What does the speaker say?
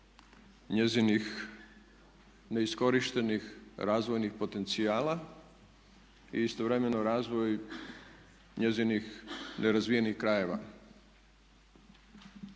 njezinih neiskorištenih razvojnih potencijala i istovremeno razvoj njezinih nerazvijenih krajeva.